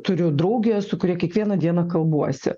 turiu draugę su kuria kiekvieną dieną kalbuosi